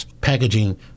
packaging